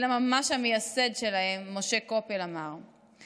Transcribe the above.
אלא אמר את